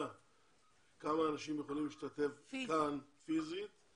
כמה אנשים יכולים להשתתף כאן פיזית,